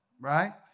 right